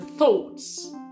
thoughts